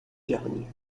جهانی